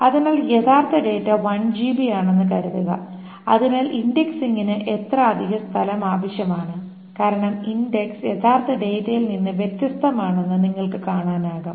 അതിനാൽ യഥാർത്ഥ data 1GB ആണെന്ന് കരുതുക അതിനാൽ ഇന്ഡക്സിന് എത്ര അധിക സ്ഥലം ആവശ്യമാണ് കാരണം ഇൻഡക്സ് യഥാർത്ഥ ഡാറ്റയിൽ നിന്ന് വ്യത്യസ്തമാണെന്ന് നിങ്ങൾക്കു കാണാനാകും